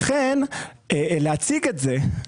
לכן להציג את זה,